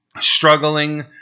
struggling